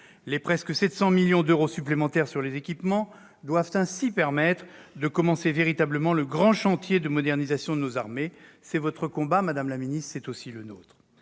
Les presque 700 millions d'euros supplémentaires sur les équipements doivent ainsi permettre de véritablement commencer le grand chantier de modernisation de nos armées. C'est votre combat, madame la ministre ; c'est aussi le nôtre